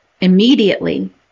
Immediately